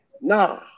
Nah